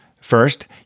First